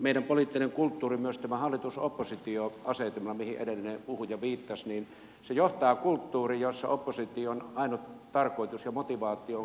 meidän poliittinen kulttuurimme myös tämä hallitusoppositio asetelma mihin edellinen puhuja viittasi johtaa kulttuuriin jossa opposition ainut tarkoitus ja motivaatio on kaataa hallitus